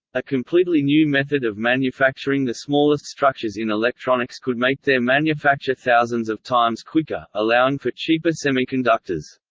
a completely new method of manufacturing the smallest structures in electronics could make their manufacture thousands of times quicker, allowing for cheaper semiconductors.